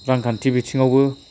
रांखान्थि बिथिंआवबो